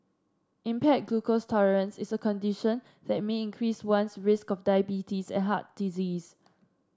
impaired glucose tolerance is a condition that may increase one's risk of diabetes and heart disease